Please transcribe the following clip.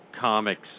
comics